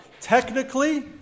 technically